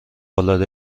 العاده